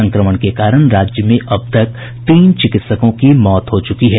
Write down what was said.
संक्रमण के कारण राज्य में अब तक तीन चिकित्सकों की मौत हो चुकी है